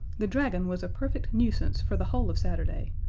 the dragon was a perfect nuisance for the whole of saturday,